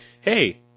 Hey